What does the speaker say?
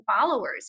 followers